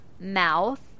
mouth